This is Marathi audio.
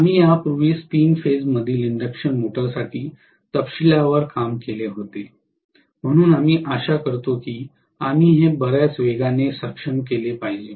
आम्ही यापूर्वीच तीन फेज मधील इंडक्शन मोटरसाठी तपशीलवार काम केले होते म्हणून आम्ही आशा करतो की आम्ही हे बर्याच वेगाने सक्षम केले पाहिजे